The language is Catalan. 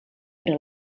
per